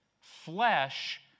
Flesh